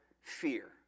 fear